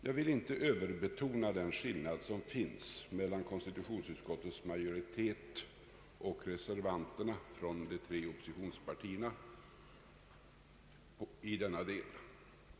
Jag vill inte överbetona den skillnad i uppfattning som finns mellan konstitutionsutskottets majoritet och reservanterna från de tre oppositionspartierna i denna del.